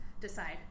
decide